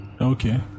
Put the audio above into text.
Okay